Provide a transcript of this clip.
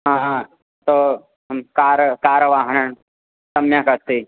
हा हा हं कार कारवाहनं सम्यक् अस्ति